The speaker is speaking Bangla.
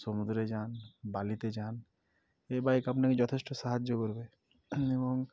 সমুদ্রে যান বালিতে যান এই বাইক আপনাকে যথেষ্ট সাহায্য করবে এবং